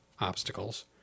obstacles